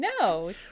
no